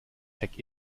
check